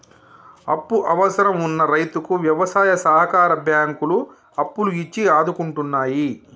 అప్పు అవసరం వున్న రైతుకు వ్యవసాయ సహకార బ్యాంకులు అప్పులు ఇచ్చి ఆదుకుంటున్నాయి